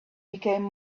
became